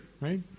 right